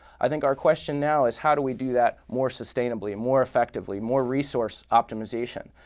i think our question now is, how do we do that more sustainably, and more effectively, more resource optimization?